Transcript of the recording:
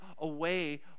away